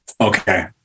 Okay